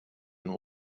and